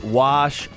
wash